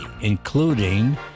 including